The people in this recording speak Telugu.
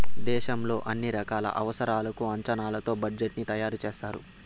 దేశంలో అన్ని రకాల అవసరాలకు అంచనాతో బడ్జెట్ ని తయారు చేస్తారు